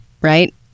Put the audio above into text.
right